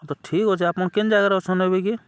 ହଉ ତ ଠିକ୍ ଅଛେ ଆପଣ୍ କେନ୍ ଜାଗାରେ ଅଛନ୍ ଏବେ କି